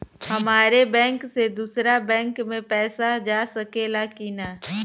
हमारे बैंक से दूसरा बैंक में पैसा जा सकेला की ना?